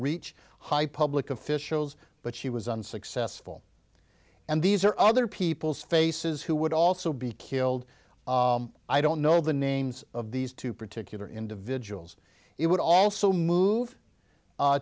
reach high public officials but she was unsuccessful and these are other people's faces who would also be killed i don't know the names of these two particular individuals it would also move